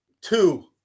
Two